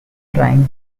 trying